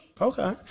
Okay